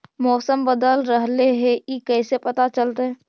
मौसम बदल रहले हे इ कैसे पता चलतै?